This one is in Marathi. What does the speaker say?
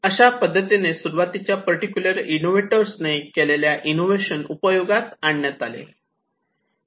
अशा पद्धतीने सुरुवातीच्या पर्टिक्युलर इनोव्हेटर्स ने केलेल्या इनोव्हेशन उपयोगात आणण्यात आले